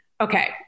okay